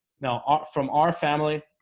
now ah from our family